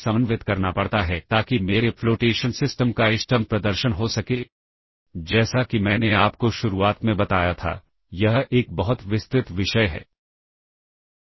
जो भी कंटेंट यहां पर होंगे वह सारे के सारे D रजिस्टर पर कॉपी हो जाएंगे और तब स्टैक प्वाइंटर इंप्लीमेंट होगा और यह अगले मेमोरी लोकेशन पर पॉइंट करेगा